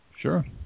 Sure